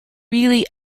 really